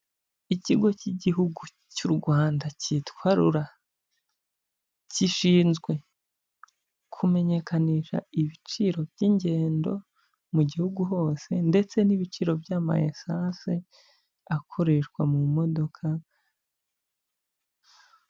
Ikigo cy'igihugu cy'u Rwanda cyitwa RURA, gishinzwe kumenyekanisha ibiciro by'ingendo mu gihugu hose ndetse n'ibiciro by'ama esanse akoreshwa mu modoka.